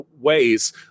ways